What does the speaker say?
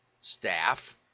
staff